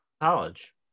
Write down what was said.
college